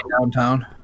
downtown